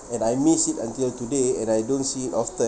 and I miss it until today and I don't see it often